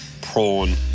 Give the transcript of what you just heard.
prawn